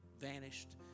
vanished